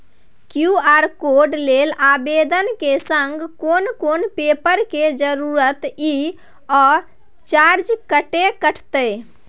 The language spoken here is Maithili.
क्यू.आर कोड लेल आवेदन के संग कोन कोन पेपर के जरूरत इ आ चार्ज कत्ते कटते?